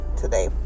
today